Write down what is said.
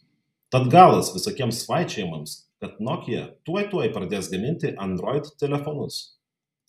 tad galas visokiems svaičiojimams kad nokia tuoj tuoj pradės gaminti android telefonus